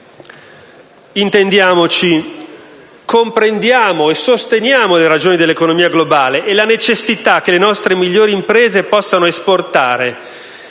Intendiamoci, comprendiamo e sosteniamo le ragioni dell'economia globale e la necessità che le nostre migliori imprese possano esportare